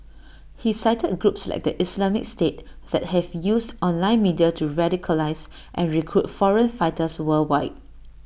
he cited groups like the Islamic state that have used online media to radicalise and recruit foreign fighters worldwide